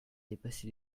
dépassé